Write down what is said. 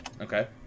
Okay